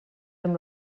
amb